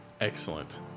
Excellent